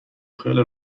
خیال